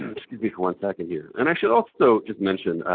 excuse me for one second here. and i should also just mention,